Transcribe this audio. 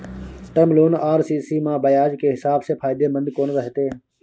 Term loan आ CC म ब्याज के हिसाब से फायदेमंद कोन रहते?